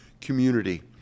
community